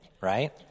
right